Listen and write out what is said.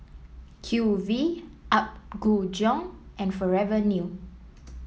Q V Apgujeong and Forever New